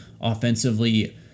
offensively